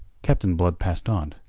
captain blood passed on,